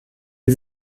die